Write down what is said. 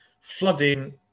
flooding